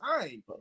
time